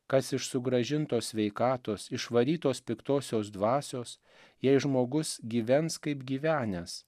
kas iš sugrąžintos sveikatos išvarytos piktosios dvasios jei žmogus gyvens kaip gyvenęs